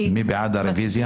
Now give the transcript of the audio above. מי בעד הרביזיה?